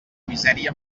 misèria